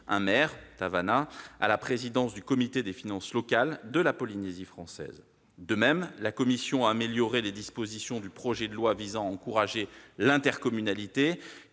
un maire, un, à la présidence du comité des finances locales de la Polynésie française. De même, la commission a amélioré les dispositions du projet de loi visant à encourager l'intercommunalité,